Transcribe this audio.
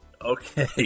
Okay